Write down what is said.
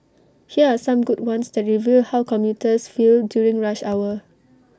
here are some good ones that reveal how commuters feel during rush hour